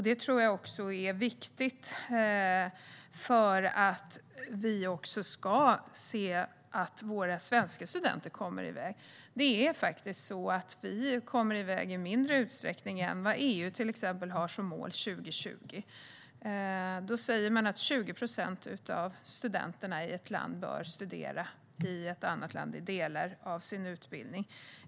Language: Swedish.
Det är viktigt att också våra svenska studenter kommer iväg. De kommer iväg i mindre utsträckning än EU:s mål 2020 som säger att 20 procent av ett lands studenter bör studera i ett annat land under delar av sin utbildning.